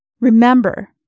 remember